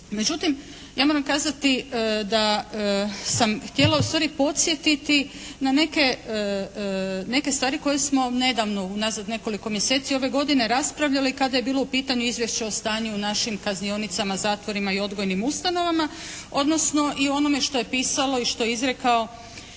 Međutim, ja moram kazati da sam htjela ustvari podsjetiti na neke stvari koje smo nedavno unazad nekoliko mjeseci ove godine raspravljali kada je bilo u pitanju izvješće o stanju u našim kaznionicama, zatvorima i odgojnim ustanovama odnosno i onome što je pisalo i što je izrekao